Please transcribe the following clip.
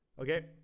Okay